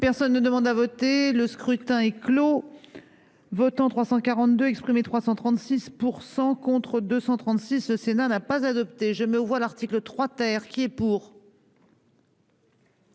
Personne ne demande à voter Le scrutin est clos. Votants 342 exprimés, 336% contre 236 E Sénat n'a pas adopté, je me vois l'article 3 ter, qui est pour.